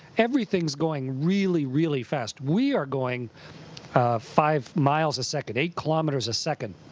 everything's going really, really fast. we are going five miles a second, eight kilometres a second.